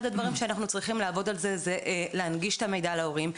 אחד הדברים שאנחנו צריכים לעבוד עליו זה להנגיש את המידע להורים.